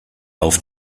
auf